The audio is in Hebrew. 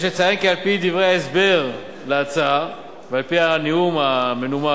יש לציין כי על-פי דברי ההסבר להצעה ועל-פי הנאום המנומק